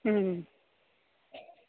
ഉം